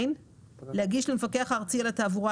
להגיש למפקח הארצי על התעבורה,